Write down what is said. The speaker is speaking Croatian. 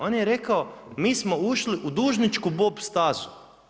On je rekao, mi smo ušli u dužničku bob stazu.